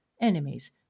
enemies